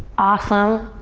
awesome.